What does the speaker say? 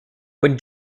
when